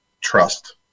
trust